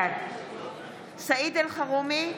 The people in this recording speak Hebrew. בעד סעיד אלחרומי,